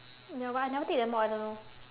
ya but I never take that mod I don't know